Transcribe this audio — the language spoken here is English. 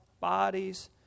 bodies